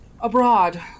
Abroad